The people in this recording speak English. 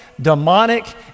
demonic